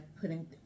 putting